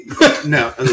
No